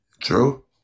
True